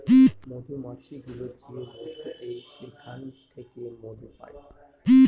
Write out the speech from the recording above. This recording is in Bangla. মধুমাছি গুলো যে মধু দেয় সেখান থেকে মধু পায়